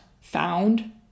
found